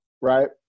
right